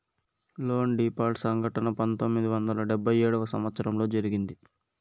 loan default సంఘటన పంతొమ్మిది వందల డెబ్భై ఏడవ సంవచ్చరంలో జరిగింది